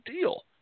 deal